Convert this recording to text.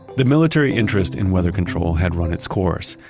the military interest in weather control had run its course,